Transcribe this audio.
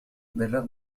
بالرغم